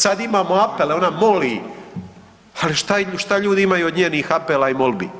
Sad imamo apele, ona moli, ali šta ljudi imaju od njenih apela i molbi?